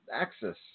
Axis